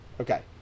Okay